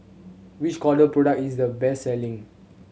which Kordel product is the best selling